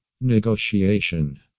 Negotiation